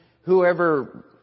whoever